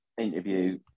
interview